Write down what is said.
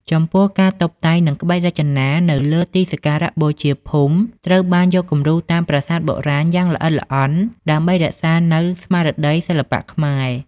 ចំពោះ ការតុបតែងនិងក្បាច់រចនានៅទីសក្ការៈបូជាភូមិត្រូវបានយកគំរូតាមប្រាសាទបុរាណយ៉ាងល្អិតល្អន់ ដើម្បីរក្សាបាននូវ ស្មារតីសិល្បៈខ្មែរ ។